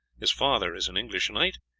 his father is an english knight,